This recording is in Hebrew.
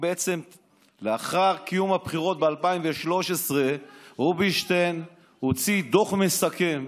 לאחר קיום הבחירות ב-2013 הוא הוציא דוח מסכם.